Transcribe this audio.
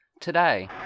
today